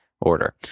order